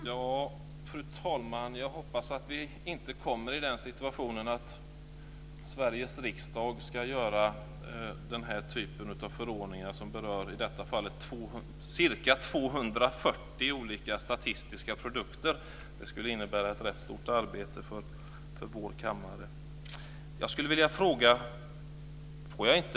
Fru talman! Jag hoppas att vi inte kommer i den situationen att Sveriges riksdag ska göra den här typen av förordningar, som i det här fallet berör ca 240 olika statistiska produkter. Det skulle innebära ett rätt stort arbete för vår kammare.